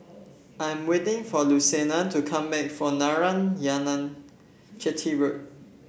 I am waiting for Luciana to come back from Narayanan Chetty Road